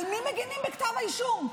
על מי מגינים בכתב האישום?